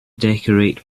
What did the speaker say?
decorate